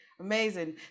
amazing